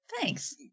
Thanks